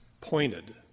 pointed